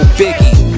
biggie